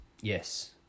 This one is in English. Yes